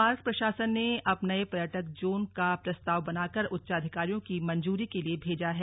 park प्रशासन ने अब नए पर्यटक जोन का प्रस्ताव बनाकर उच्चाधिकारियों की मंजूरी के लिए भेजा है